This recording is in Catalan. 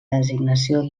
designació